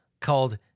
called